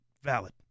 valid